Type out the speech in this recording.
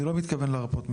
אני לא מתכוון להרפות מכך,